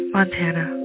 Montana